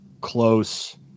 close